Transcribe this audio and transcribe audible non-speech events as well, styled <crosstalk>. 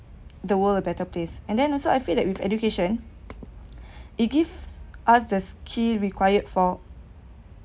the world a better place and then also I feel that with education <breath> it gives us the key required for